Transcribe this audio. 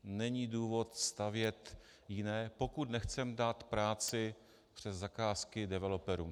Není důvod stavět jiné, pokud nechceme dát práci přes zakázky developerům.